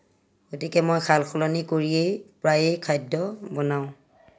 গতিকে মই সাল সলনি কৰিয়েই প্ৰায়েই খাদ্য বনাওঁ